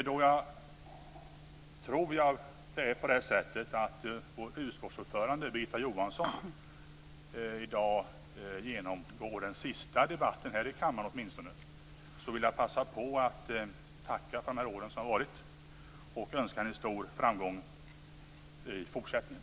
Då jag tror att det är på det sättet att vår utskottsordförande Birgitta Johansson i dag genomför sin sista debatt här i kammaren, vill jag passa på att tacka för de år som har gått och önska henne stor framgång i fortsättningen.